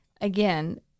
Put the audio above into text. again